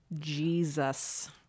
Jesus